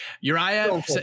Uriah